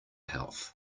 health